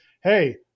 hey